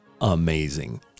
amazing